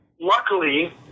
Luckily